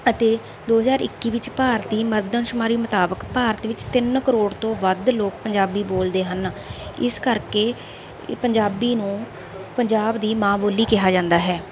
ਅਤੇ ਦੋ ਹਜ਼ਾਰ ਇੱਕੀ ਵਿੱਚ ਭਾਰਤੀ ਮਰਦਮਸ਼ੁਮਾਰੀ ਮੁਤਾਬਿਕ ਭਾਰਤ ਵਿੱਚ ਤਿੰਨ ਕਰੋੜ ਤੋਂ ਵੱਧ ਲੋਕ ਪੰਜਾਬੀ ਬੋਲਦੇ ਹਨ ਇਸ ਕਰਕੇ ਇਹ ਪੰਜਾਬੀ ਨੂੰ ਪੰਜਾਬ ਦੀ ਮਾਂ ਬੋਲੀ ਕਿਹਾ ਜਾਂਦਾ ਹੈ